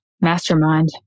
mastermind